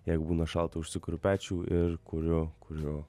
jeigu būna šalta užsikuriu pečių ir kuriu kuriu